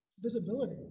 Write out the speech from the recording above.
visibility